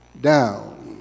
down